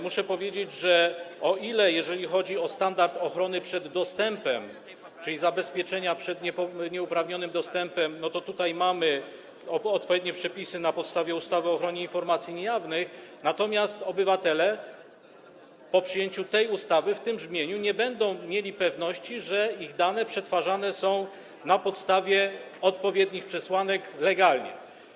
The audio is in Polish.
Muszę powiedzieć, że jeżeli chodzi o standard ochrony przed dostępem, czyli zabezpieczenia przed nieuprawnionym dostępem, to tutaj mamy odpowiednie przepisy na podstawie ustawy o ochronie informacji niejawnych, natomiast obywatele po przyjęciu tej ustawy w tym brzmieniu nie będą mieli pewności, że ich dane przetwarzane są na podstawie odpowiednich przesłanek, legalnie.